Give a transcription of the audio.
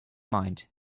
mind